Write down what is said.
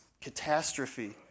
catastrophe